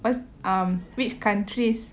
what's um which countries